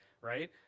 right